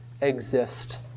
exist